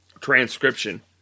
transcription